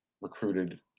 recruited